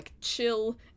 chill